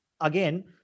again